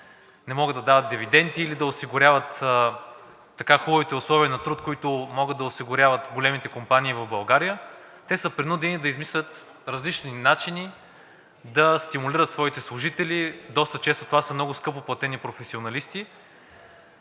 не могат да дават дивиденти или да осигуряват хубавите условия на труд, които могат да осигуряват големите компании, и те са принудени да измислят различни начини да стимулират своите служители – доста често това са много скъпоплатени професионалисти